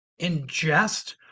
ingest